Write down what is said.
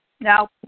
Now